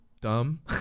dumb